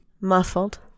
muffled